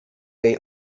jej